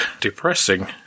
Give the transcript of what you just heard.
depressing